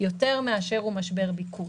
יותר מאשר הוא משבר ביקוש.